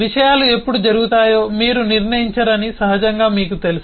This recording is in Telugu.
విషయాలు ఎప్పుడు జరుగుతాయో మీరు నిర్ణయించరని సహజంగా మీకు తెలుసా